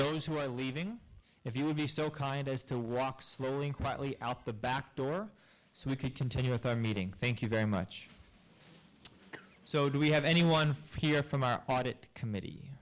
those who are leaving if you would be so kind as to walk slowly and quietly out the back door so we could continue with our meeting thank you very much so do we have anyone here from that committee